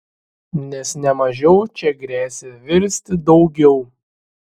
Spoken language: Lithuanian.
nes ne mažiau čia gresia virsti daugiau